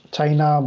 China